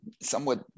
somewhat